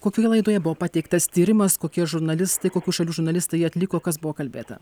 kokioje laidoje buvo pateiktas tyrimas kokie žurnalistai kokių šalių žurnalistai atliko kas buvo kalbėta